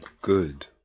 good